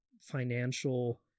financial